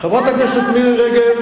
חברת הכנסת מירי רגב,